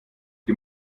die